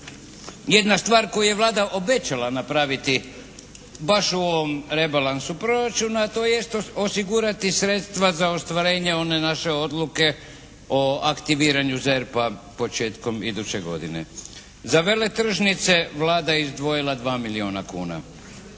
jedna stvar koju je Vlada obećala napraviti baš u ovom rebalansu proračuna a to jest osigurati sredstva za ostvarenje one naše odluke o aktiviranju ZERP-a početkom iduće godine. Za veletržnice Vlada je izdvojila 2 milijuna kuna,